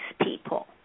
people